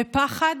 בפחד,